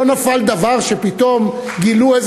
לא נפל דבר שפתאום גילו,